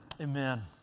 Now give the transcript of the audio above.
Amen